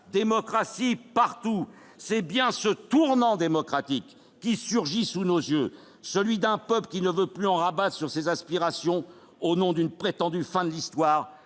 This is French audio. démocratie partout ! C'est bien ce tournant démocratique qui surgit sous nos yeux, celui d'un peuple qui ne veut plus en rabattre sur ses aspirations au nom d'une prétendue « fin de l'Histoire